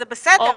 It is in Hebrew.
זה בסדר,